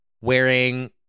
Wearing